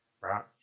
right